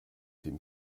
dem